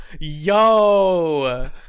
Yo